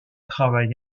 travail